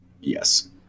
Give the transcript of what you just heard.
Yes